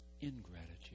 ingratitude